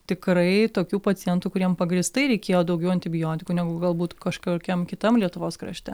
tikrai tokių pacientų kuriem pagrįstai reikėjo daugiau antibiotikų negu galbūt kažkokiam kitam lietuvos krašte